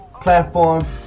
platform